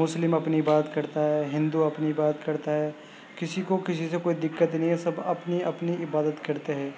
مسلم اپنی بات کرتا ہے ہندو اپنی بات کرتا ہے کسی کو کسی سے کوئی دقت نہیں ہے سب اپنی اپنی عبادت کرتے ہے